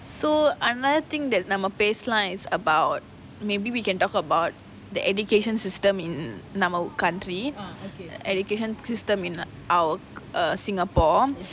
so another thing that நம்ம பேசலாம்:namma peaslaam is about maybe we can talk about the education system in our own country education system in our err singapore